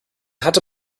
hatte